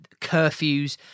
curfews